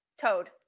Toad